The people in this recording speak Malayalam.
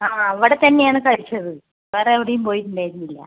ആ അവിടെത്തന്നെയാണ് കഴിച്ചത് വേറെ എവിടെയും പോയിട്ടുണ്ടായിരുന്നില്ല